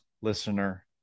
listener